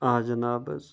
آ جِناب حظ